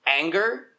anger